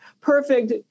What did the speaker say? perfect